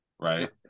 right